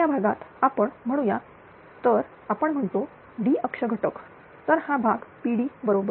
या भागाला आपण म्हणू या तर आपण म्हणालो d अक्ष घटक तर हा भाग pd आहे बरोबर